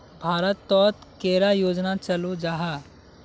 भारत तोत कैडा योजना चलो जाहा?